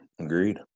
Agreed